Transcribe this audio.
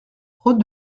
route